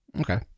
Okay